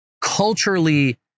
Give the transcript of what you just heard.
culturally